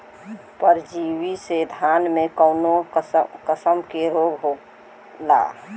परजीवी से धान में कऊन कसम के रोग होला?